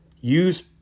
Use